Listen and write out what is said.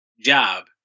job